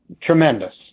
tremendous